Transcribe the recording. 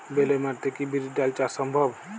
বেলে মাটিতে কি বিরির ডাল চাষ সম্ভব?